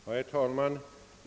Herr talman!